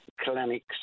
clinics